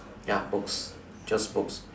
ya books just books